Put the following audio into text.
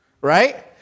right